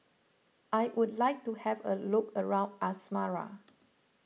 I would like to have a look around Asmara